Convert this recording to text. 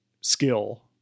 skill